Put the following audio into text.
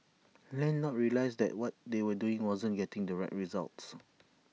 landlords realised that what they were doing wasn't getting the right results